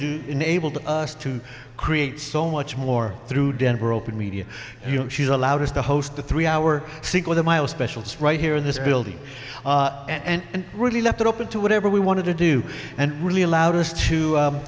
do enabled us to create so much more through denver open media she's allowed us to host a three hour sequel the mile specials right here in this building and really left it open to whatever we wanted to do and really allowed us to